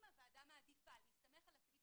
אם הוועדה מעדיפה להסתמך על הסעיף